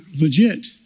legit